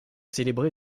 célébré